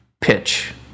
pitch